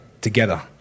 together